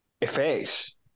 effects